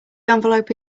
envelope